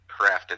crafted